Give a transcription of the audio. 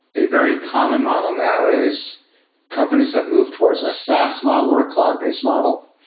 a very common model now is companies have moved towards a saas model or a cloud-based model.